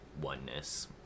oneness